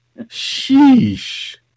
sheesh